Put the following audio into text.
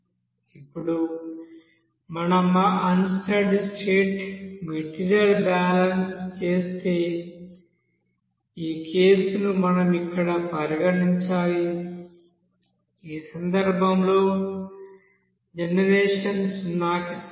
ఇప్పుడు మనం ఆ unsteady state material balance చేస్తే ఈ కేసును మనం ఇక్కడ పరిగణించాలి ఈ సందర్భంలో జనరేషన్ సున్నాకి సమానం